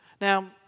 Now